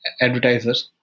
advertisers